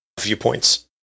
viewpoints